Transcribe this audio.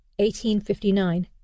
1859